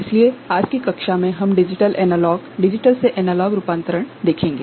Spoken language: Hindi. इसलिए आज की कक्षा में हम डिजिटल एनालॉग डिजिटल से एनालॉग रूपांतरण देखेंगे